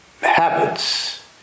habits